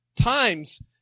Times